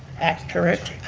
accurate,